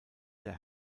der